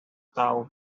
dull